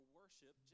worship